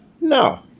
No